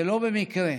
ולא במקרה.